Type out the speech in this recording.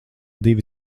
divi